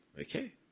Okay